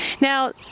Now